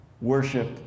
worship